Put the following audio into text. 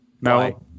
no